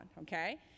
Okay